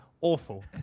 awful